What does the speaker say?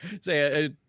Say